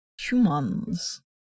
humans